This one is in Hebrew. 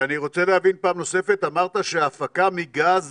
ואני רוצה להבין פעם נוספת, אמרת שההפקה מגז